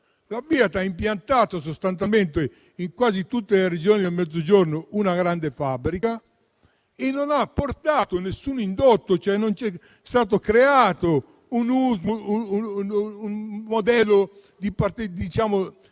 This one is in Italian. La Fiat ha impiantato in quasi tutte le Regioni del Mezzogiorno una grande fabbrica e non ha portato alcun indotto, cioè non è stato creato un modello di